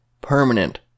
permanent